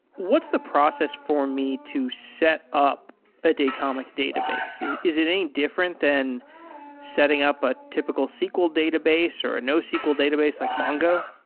what's the process for me to set up a datomic database? is is it any different than setting up a typical sql database or a nosql database like mongo?